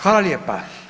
Hvala lijepa.